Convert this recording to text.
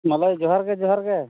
ᱢᱟᱞᱚᱭ ᱡᱚᱦᱟᱨᱜᱮ ᱡᱚᱦᱟᱨᱜᱮ